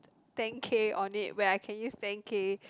thank you on it where I can use thank you